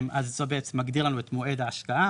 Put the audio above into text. אז זה בעצם מגדיר לנו את מועד ההשקעה,